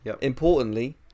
importantly